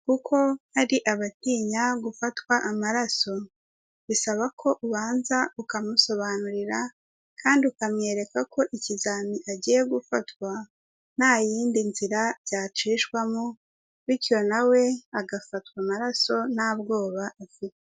Kuko hari abatinya gufatwa amaraso, bisaba ko ubanza ukamusobanurira kandi ukamwereka ko ikizamini agiye gufatwa nta y'indi nzira byacishwamo, bityo na we agafatwa amaraso nta bwoba afite.